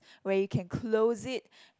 where you can close it